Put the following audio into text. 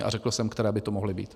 A řekl jsem, která by to mohla být.